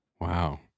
Wow